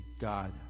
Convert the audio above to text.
God